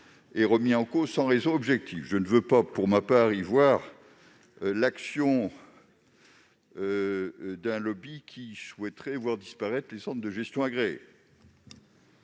remis en cause sans raison objective. Je ne veux pas, pour ma part, y voir l'action d'un lobby qui souhaiterait voir disparaître ces structures ...